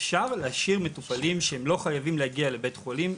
אפשר להשאיר מטופלים שהם לא חייבים להגיע לבית חולים,